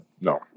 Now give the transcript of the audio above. No